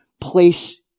place